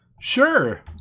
Sure